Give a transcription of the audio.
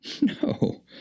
No